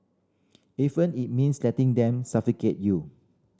even it means letting them suffocate you